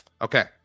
Okay